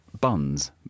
buns